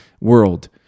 world